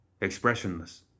Expressionless